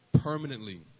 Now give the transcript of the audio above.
permanently